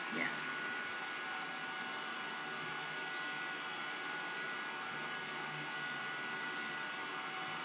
ya